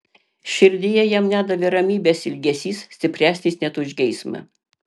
širdyje jam nedavė ramybės ilgesys stipresnis net už geismą